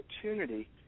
opportunity